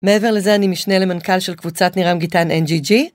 מעבר לזה, אני משנה למנכ"ל של קבוצת נירם גיתן NGG.